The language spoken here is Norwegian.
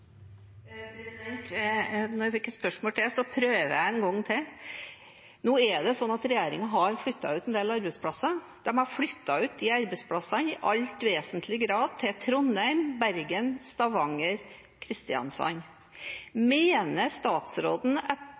Når jeg fikk et spørsmål til, så prøver jeg en gang til. Nå er det sånn at regjeringen har flyttet ut en del arbeidsplasser. De har flyttet ut arbeidsplassene i all vesentlig grad til Trondheim, Bergen, Stavanger og Kristiansand. Mener statsråden